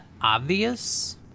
obvious